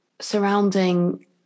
surrounding